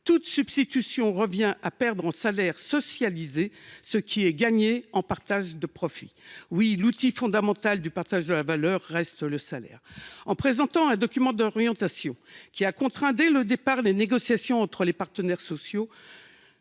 toute substitution revient à perdre en salaire socialisé ce qui est gagné en partage de profit. L’outil fondamental du partage de la valeur reste le salaire. En présentant un document d’orientation qui a contraint dès le départ les négociations entre les partenaires sociaux,